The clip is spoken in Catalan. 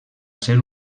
ser